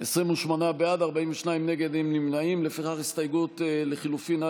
הוא פועל לפי הכללים המקובלים במערכת הפוליטית וההסכמים הקואליציוניים,